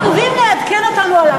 מסרבים לעדכן אותנו עליו,